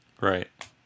Right